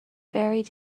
very